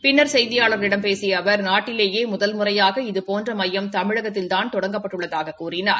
பின்னா் செய்தியாளா்களிடம் பேசிய அவா் நாட்டிலேயே முதல் முறையாக இதுபோன்ற மையம் தமிழகத்தில்தான் தொடங்கப்பட்டுள்ளதாகக் கூறினார்